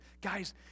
guys